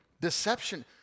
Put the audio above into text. Deception